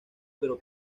pero